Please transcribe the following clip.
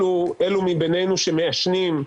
אלו מביננו שמעשנים,